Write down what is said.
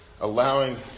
allowing